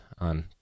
on